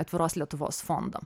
atviros lietuvos fondo